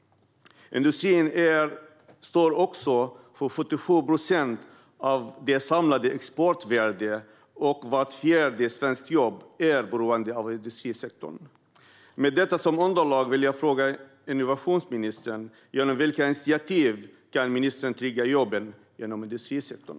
Industrin står också för 77 procent av det samlade exportvärdet, och vart fjärde svenskt jobb är beroende av industrisektorn. Mot denna bakgrund vill jag fråga innovationsministern: Genom vilka initiativ kan ministern trygga jobben inom industrisektorn?